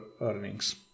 earnings